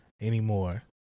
anymore